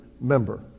member